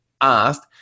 asked